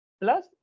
Plus